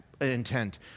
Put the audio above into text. intent